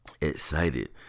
excited